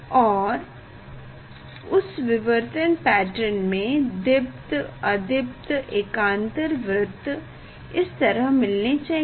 और उस विवर्तन पैटर्न में दीप्त अदीप्त एकांतर वृत्त इस तरह मिलने चाहिए